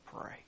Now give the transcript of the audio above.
pray